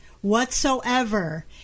whatsoever